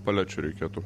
palečių reikėtų